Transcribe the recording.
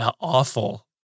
awful